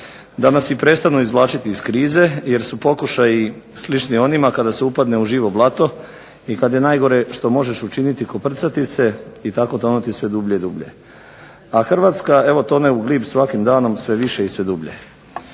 da nas i prestanu izvlačiti iz krize, jer su pokušaji slični onima kada se upadne u živo blato i kad je najgore što možeš učiniti koprcati se i tako tonuti sve dublje i dublje. A Hrvatska evo tone u glib svakim danom sve više i sve dublje.